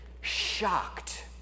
shocked